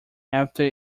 after